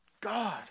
God